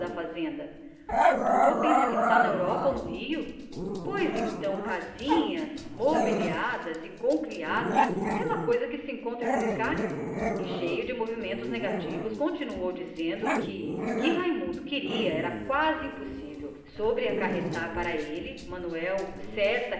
fazenda o doutor pensa que está na europa ou no rio pois então casinhas mobiliadas e com criado isto é lá coisa que se encontre por cá ora deixe-se disso e como o sobrinho insistisse continuou declarando que semelhante exigência sobre ser quase inexeqüível acarretava para ele manuel certa